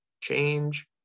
change